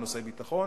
בנושאי ביטחון,